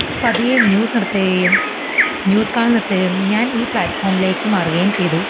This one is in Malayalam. പതിയെ ന്യൂസ് നിർത്തുകയും ന്യൂസ് കാണൽ നിർത്തുകയും ഞാനീ പ്ലാറ്റ്ഫോമിലേക്ക് മാറുകയും ചെയ്തു